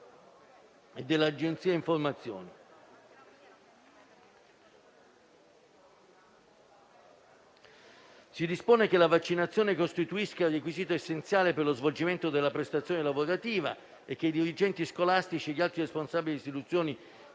e sicurezza interna. Si dispone che la vaccinazione costituisca requisito essenziale per lo svolgimento della prestazione lavorativa e che i dirigenti scolastici e gli altri responsabili delle istituzioni